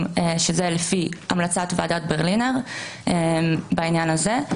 שזה יהיה לפי המלצת ועדת ברלינר בעניין הזה.